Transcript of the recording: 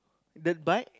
dirt bike